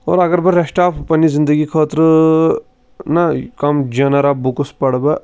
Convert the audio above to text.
اور اَگر بہٕ رٮ۪سٹ آف پنٛنہِ زِندٔگی خأطرٕ نَہ کَم جَنر آف بُکٕس پَرٕ بہٕ